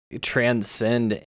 transcend